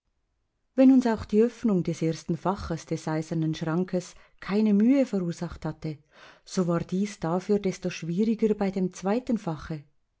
wenn uns auch die öffnung des ersten faches des eisernen schrankes keine mühe verursacht hatte so war dies dafür desto schwieriger bei dem zweiten fache